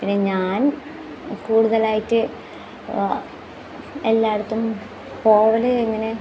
പിന്നെ ഞാൻ കൂടുതലായിട്ട് എല്ലായിടത്തും പോവൽ ഇങ്ങനെ